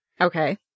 Okay